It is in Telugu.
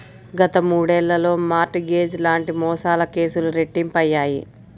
గత మూడేళ్లలో మార్ట్ గేజ్ లాంటి మోసాల కేసులు రెట్టింపయ్యాయి